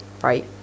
right